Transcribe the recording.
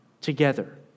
together